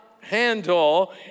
handle